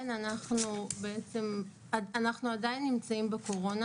אנחנו עדיין נמצאים בקורונה.